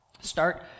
Start